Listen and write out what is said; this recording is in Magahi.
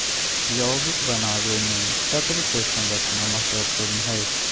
यौगिक बनावे मे तत्व के संरचना महत्वपूर्ण हय